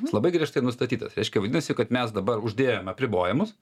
jis labai griežtai nustatytas reiškia vadinasi kad mes dabar uždėjome apribojimus